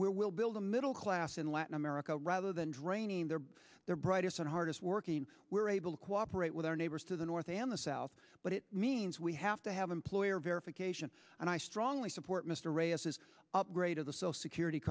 where we'll build a middle class in latin america rather than draining their their brightest and hardest working we're able to cooperate with our neighbors to the north and the south but it means we have to have employer verification and i strongly support mr ray as his upgrade of the social security